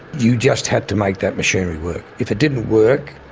you just had to make that machinery work. if it didn't work,